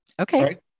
Okay